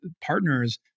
partners